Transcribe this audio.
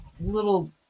little